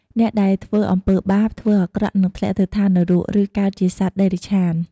អ្នកដែលធ្វើអំពើបាប ធ្វើអាក្រក់ នឹងធ្លាក់ទៅឋាននរក ឬកើតជាសត្វតិរច្ឆាន។